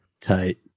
Tight